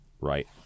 right